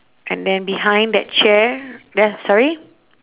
and then behind that chair there sorry